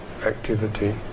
activity